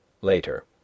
Later